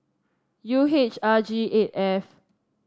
U H R G eight F